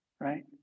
Right